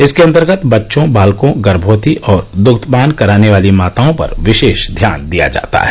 इसके अतर्गत बच्चों बालकों गर्भवती और दुग्धपान कराने वाली माताओं पर विशेष ध्यान दिया जाता है